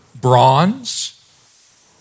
bronze